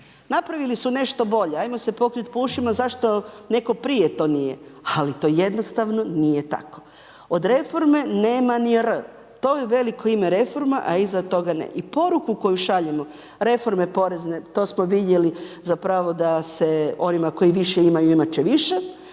napravili su nešto bolje, ajmo se pokrit po ušima zašto neko prije to nije. Ali to jednostavno nije tako. Od reforme nema ni „r“ to je veliko ime reforma, a iza to ne. I poruku koju šaljemo reforme porezne to smo vidjeli zapravo da se onima koji više imaju imat će više,